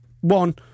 One